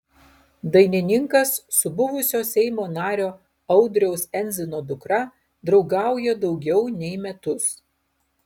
dainininkas su buvusio seimo nario audriaus endzino dukra draugauja daugiau nei metus